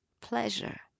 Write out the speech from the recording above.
pleasure